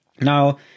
Now